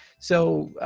so,